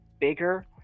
bigger